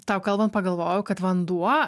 tau kalbant pagalvojau kad vanduo